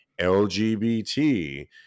LGBT